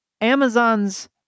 Amazon's